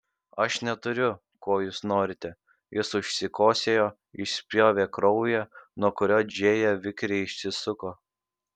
aš neturiu ko jūs norite jis užsikosėjo išspjovė kraują nuo kurio džėja vikriai išsisuko